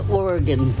oregon